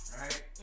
right